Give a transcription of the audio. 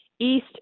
east